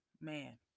man